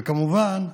וכמובן,